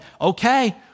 okay